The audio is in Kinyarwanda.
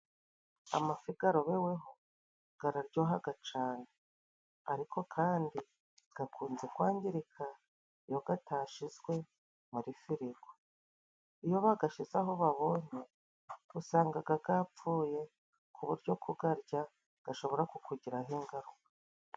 Amafi garobeweho gararyohaga cane ariko kandi gakunze kwangirika iyo gatashyizwe muri firigo. Iyo bagashyize aho babonye usangaga gapfuye ku buryo gugarya gashobora kukugiraho ingaruka.